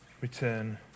return